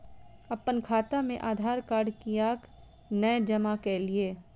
अप्पन खाता मे आधारकार्ड कियाक नै जमा केलियै?